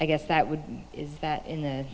i guess that would is that in the